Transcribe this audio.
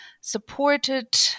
supported